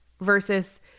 versus